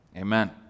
amen